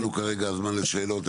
אין לנו כרגע זמן לשאלות,